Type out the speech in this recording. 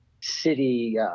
city